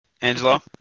Angelo